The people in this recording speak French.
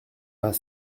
pas